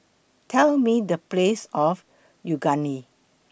Tell Me The Place of Unagi